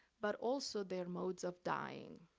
but also their modes of dying.